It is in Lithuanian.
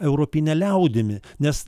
europine liaudimi nes